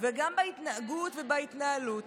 וגם בהתנהגות ובהתנהלות.